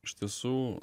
iš tiesų